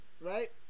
right